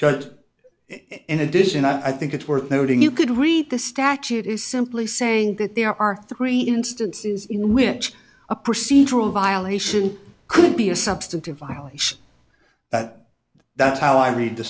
judge in addition i think it's worth noting you could read the statute is simply saying that there are three instances in which a procedural violation could be a substantive violation but that's how i read the